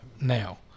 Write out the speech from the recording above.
now